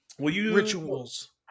rituals